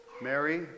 Mary